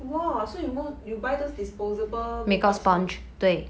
!wow! so you move you buy those disposable makeup sponge